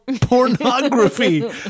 pornography